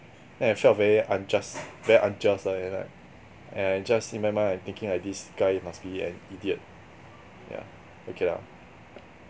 then I felt very unjust very unjust lah and like and I just in my mind I thinking like this guy must be an idiot yeah okay lah